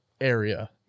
area